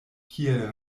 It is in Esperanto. kiel